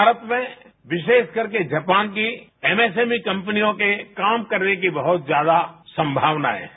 भारत में विशेषकर के जापान की एमएसएमई कंपनियों के काम करने की बहुत ज्यादा संभावना है